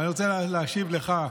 אבל אני רוצה להשיב לך,